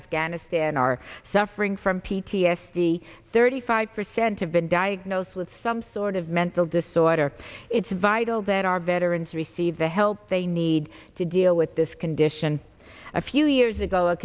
afghanistan are suffering from p t s d thirty five percent have been diagnosed with some sort of mental disorder it's vital that our veterans receive the help they need to deal with this condition a few years ago